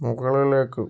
മുകളിലേക്ക്